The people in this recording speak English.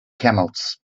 camels